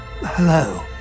hello